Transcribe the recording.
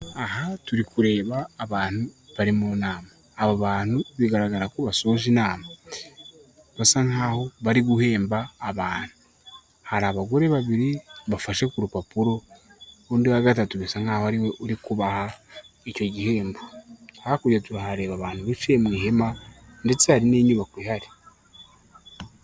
Aha turi kureba abantu bari mu nama, aba bantu bigaragara ko basoje inama, basa nkaho bari guhemba abantu, hari abagore babiri bafashe ku rupapuro undi wa gatatu bisa nk'aho ari we uri kubaha icyo gihembo, hakurya turahareba abantu bicaye mu ihema ndetse hari n'inyubako ihari.